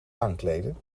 aankleden